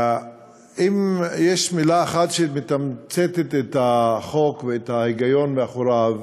אם יש מילה אחת שמתמצתת את החוק ואת ההיגיון שמאחוריו,